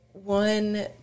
One